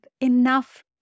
enough